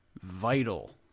vital